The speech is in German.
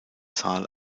zahl